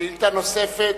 שאילתא נוספת.